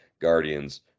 Guardians